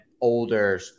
older